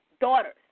daughters